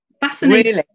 Fascinating